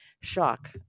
shock